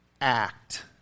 act